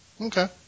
Okay